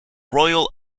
royal